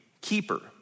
keeper